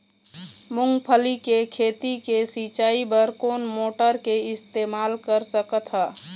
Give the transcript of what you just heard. मूंगफली के खेती के सिचाई बर कोन मोटर के इस्तेमाल कर सकत ह?